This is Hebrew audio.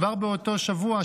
כבר באותו שבוע,